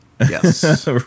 Yes